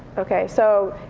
ok? so,